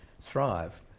thrive